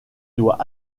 doit